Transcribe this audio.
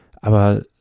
aber